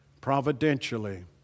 Providentially